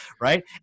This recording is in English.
right